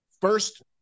first